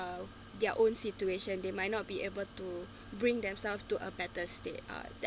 of their own situation they might not be able to bring themselves to a better state uh